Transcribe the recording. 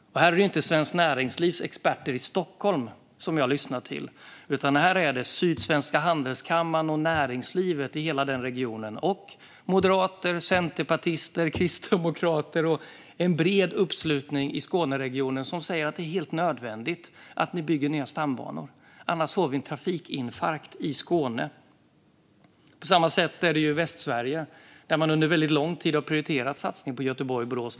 Här lyssnar jag inte till Svenskt Näringslivs experter i Stockholm, utan här är det Sydsvenska handelskammaren och näringslivet i hela den regionen liksom moderater, centerpartister, kristdemokrater och en bred uppslutning i Skåneregionen som säger att det är helt nödvändigt att man bygger nya stambanor, annars får vi en trafikinfarkt i Skåne. På samma sätt är det i Västsverige, där man under väldigt lång tid har prioriterat en satsning på Göteborg-Borås.